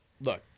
look